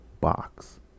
box